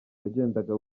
wagendaga